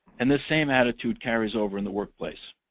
and this same attitude carries over in the workplace.